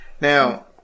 Now